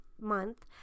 Month